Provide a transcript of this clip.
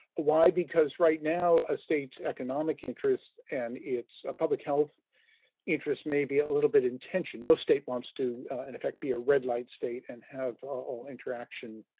why? because right now a state's economic interests and its ah public health interests may be a little bit in tension. no state wants to, in effect, be a red light state and have all interaction